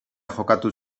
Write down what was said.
jokatu